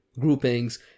groupings